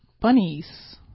bunnies